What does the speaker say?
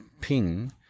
ping